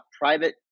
private